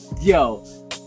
Yo